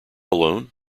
alone